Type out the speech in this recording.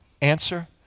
Answer